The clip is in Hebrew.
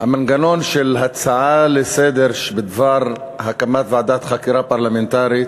המנגנון של הצעה לסדר-היום בדבר הקמת ועדת חקירה פרלמנטרית,